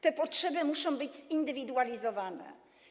Te potrzeby muszą być zindywidualizowane.